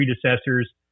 predecessors